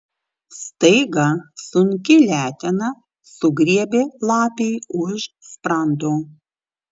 staiga sunki letena sugriebė lapei už sprando